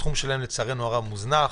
התחום שלהם לצערנו מוזנח.